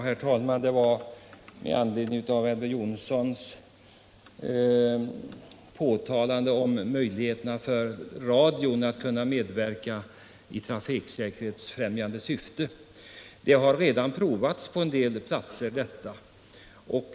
Herr talman! Elver Jonsson talade om möjligheterna att få radion att medverka i trafiksäkerhetsfrämjande syfte, och det är något som redan har prövats på en del platser i landet.